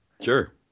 sure